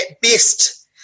best